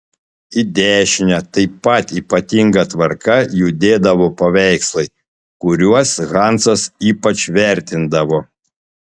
į dešinę taip pat ypatinga tvarka judėdavo paveikslai kuriuos hansas ypač vertindavo